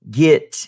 get